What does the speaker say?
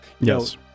Yes